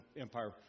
empire